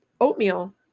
oatmeal